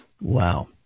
Wow